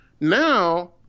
now